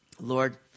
Lord